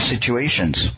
situations